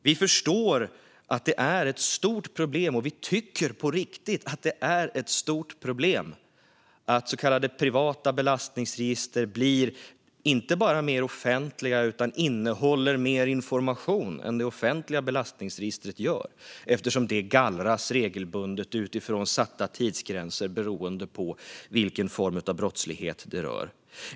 Vi förstår att det är ett stort problem - och vi tycker på riktigt att det är ett stort problem - att så kallade privata belastningsregister blir inte bara mer offentliga än det offentliga belastningsregistret utan även innehåller mer information, eftersom det offentliga registret gallras regelbundet utifrån satta tidsgränser beroende på vilken form av brottslighet det rör sig om.